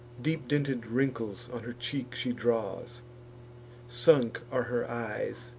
deep-dinted wrinkles on her cheek she draws sunk are her eyes,